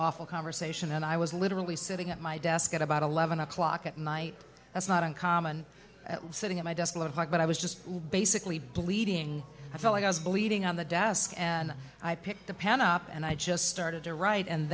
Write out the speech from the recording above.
awful conversation and i was literally sitting at my desk at about eleven o'clock at night that's not uncommon at sitting at my desk like that i was just basically bleeding i felt like i was bleeding on the desk and i picked the pan up and i just started to write and